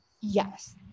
Yes